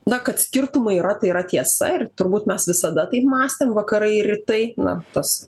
na kad skirtumai yra tai yra tiesa ir turbūt mes visada taip mąstėm vakarai ir rytai na tas